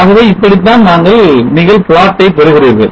ஆகவே இப்படித்தான் நீங்கள் பிளாட் ஐ பெறுகிறீர்கள்